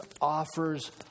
offers